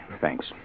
thanks